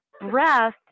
Breath